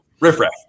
riffraff